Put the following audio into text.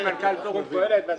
אני מאיר רובין, מנכ"ל פורום קהלת.